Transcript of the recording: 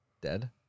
Dead